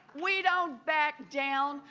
we don't back down.